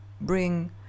bring